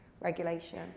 regulation